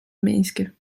minske